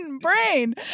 brain